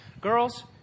Girls